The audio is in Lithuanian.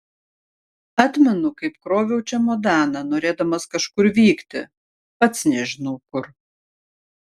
atmenu kaip kroviau čemodaną norėdamas kažkur vykti pats nežinau kur